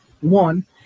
One